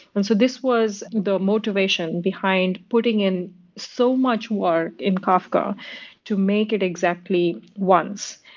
and so this was the motivation behind putting in so much work in kafka to make it exactly once.